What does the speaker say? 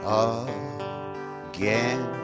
again